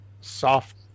soft